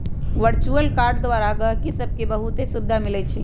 virtual card द्वारा गहकि सभके बहुते सुभिधा मिलइ छै